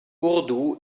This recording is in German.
urdu